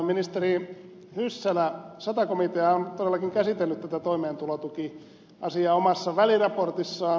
ministeri hyssälä sata komitea on todellakin käsitellyt tätä toimeentulotukiasiaa omassa väliraportissaan